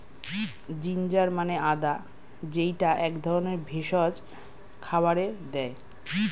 ginger মানে আদা যেইটা এক ধরনের ভেষজ খাবারে দেয়